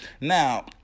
Now